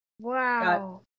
Wow